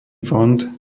fond